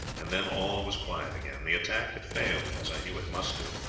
and then all was quiet again. the attack had failed, as i knew it must do,